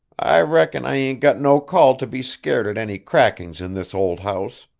i reckon i ain't got no call to be scared at any crackings in this old house,